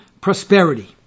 Prosperity